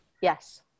Yes